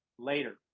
later